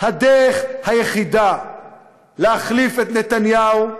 שהדרך היחידה להחליף את נתניהו,